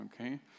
okay